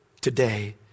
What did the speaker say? Today